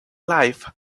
life